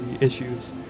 issues